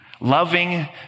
loving